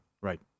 right